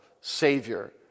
Savior